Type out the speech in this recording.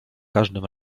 każdym